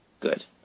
Good